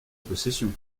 possession